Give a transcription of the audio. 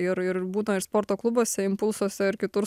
ir ir būna ir sporto klubuose impulsuose ir kitur